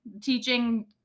teaching